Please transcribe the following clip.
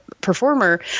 performer